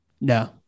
No